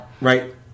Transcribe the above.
right